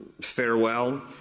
farewell